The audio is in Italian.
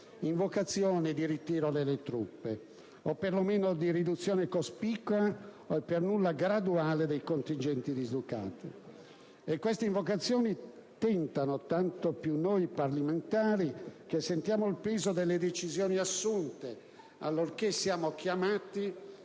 invocazioni al ritiro delle truppe o perlomeno ad una riduzione cospicua o per nulla graduale dei contingenti dislocati. E queste invocazioni tentano tanto più noi parlamentari che sentiamo il peso delle decisioni assunte, allorché siamo chiamati